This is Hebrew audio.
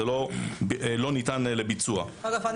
אגב,